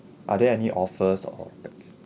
are there any offers or